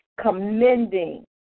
commending